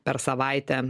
per savaitę